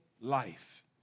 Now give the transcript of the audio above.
life